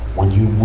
when you